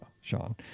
Sean